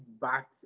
back